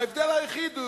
ההבדל היחיד הוא,